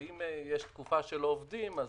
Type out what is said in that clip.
אם יש תקופה שלא עובדים אז